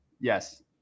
Yes